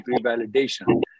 revalidation